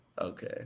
Okay